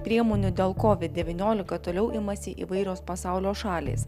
priemonių dėl kovid devyniolika toliau imasi įvairios pasaulio šalys